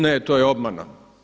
Ne, to je obmana.